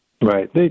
Right